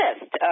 list